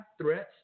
threats